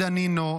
אורי דנינו,